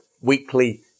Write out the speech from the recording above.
weekly